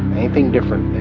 anything different